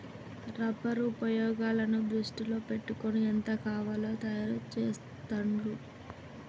rubber ఉపయోగాలను దృష్టిలో పెట్టుకొని ఎంత కావాలో తయారు చెస్తాండ్లు